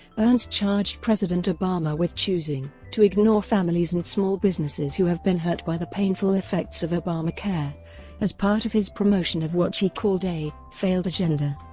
ernst charged president obama with choosing to ignore families and small businesses who have been hurt by the painful effects of obamacare as part of his promotion of what she called a failed agenda.